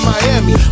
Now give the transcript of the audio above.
Miami